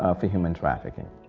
ah for human trafficking.